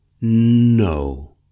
No